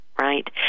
right